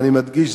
ואני מדגיש,